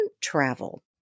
travel